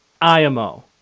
IMO